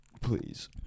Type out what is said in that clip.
Please